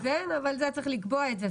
זאת הצעה של ועדת רוזן אבל צריך לקבוע את זה.